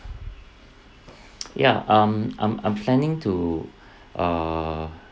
ya um I'm I'm planning to err